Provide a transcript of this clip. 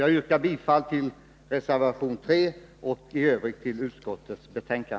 Jag yrkar bifall till reservation 3 och i övrigt till utskottets hemställan.